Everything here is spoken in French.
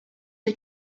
des